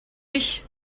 dich